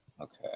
Okay